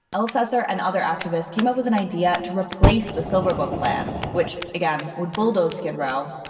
elsesser and other activists came up with an idea to replace the silver book plan, which again would bulldoze skid row,